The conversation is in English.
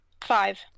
Five